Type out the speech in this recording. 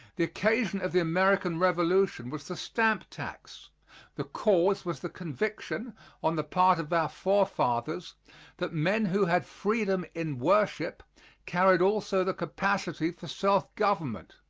the occasion of the american revolution was the stamp tax the cause was the conviction on the part of our forefathers that men who had freedom in worship carried also the capacity for self-government.